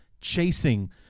chasing